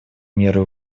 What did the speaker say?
меры